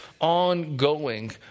ongoing